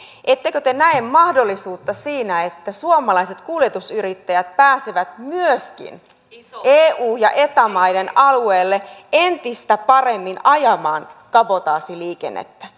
ettekö te näe mahdollisuutta siinä että suomalaiset kuljetusyrittäjät pääsevät myöskin eu ja eta maiden alueelle entistä paremmin ajamaan kabotaasiliikennettä